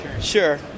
Sure